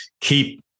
keep